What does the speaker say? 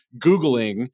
Googling